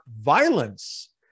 violence